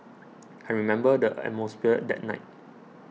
I remember the atmosphere that night